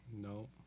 No